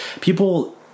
People